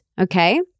Okay